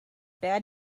bad